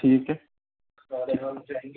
ठीक है